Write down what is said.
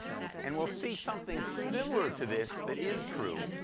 and we'll see something similar to this that is true,